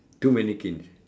two mannequins